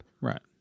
Right